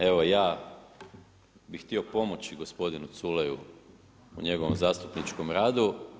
Evo ja bih htio pomoći gospodinu Culeju u njegovu zastupničkom radu.